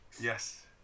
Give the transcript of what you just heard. Yes